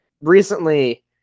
recently